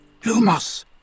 Lumos